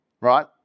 right